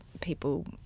people